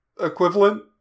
equivalent